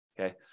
Okay